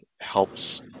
helps